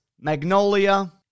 Magnolia